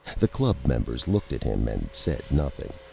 the club members looked at him and said nothing.